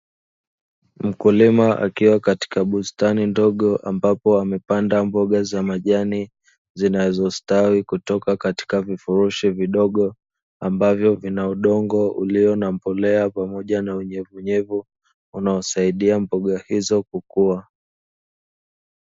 Mkulima akiwa katika bustani ndogo ambapo amepanda mboga za majani zinazostawi kutoka katika vifurushi vidogo, ambavyo vina udongo ulio na mbolea pamoja na unyevunyevu unaosaidia mboga hizo kukua.